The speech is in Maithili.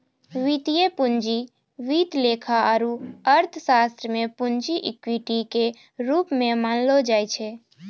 वित्तीय पूंजी वित्त लेखा आरू अर्थशास्त्र मे पूंजी इक्विटी के रूप मे जानलो जाय छै